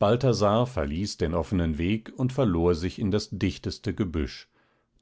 balthasar verließ den offenen weg und verlor sich in das dichteste gebüsch